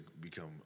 become